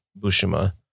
Bushima